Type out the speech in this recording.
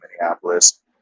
Minneapolis